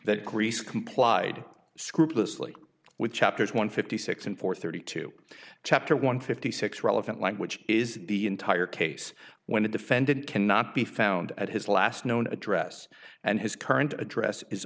that greece complied scrupulously with chapters one fifty six and four thirty two chapter one fifty six relevant language is the entire case when the defendant cannot be found at his last known address and his current address is